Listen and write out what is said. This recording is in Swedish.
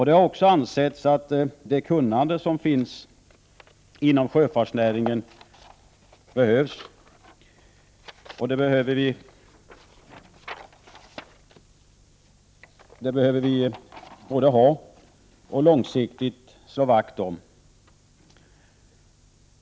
Det har också ansetts att vi behöver det kunnande som finns inom sjöfartsnäringen och att vi långsiktigt bör slå vakt om det.